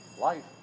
life